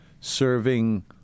serving